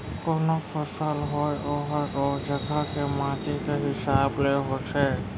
कोनों फसल होय ओहर ओ जघा के माटी के हिसाब ले होथे